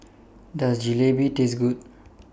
Does Jalebi Taste Good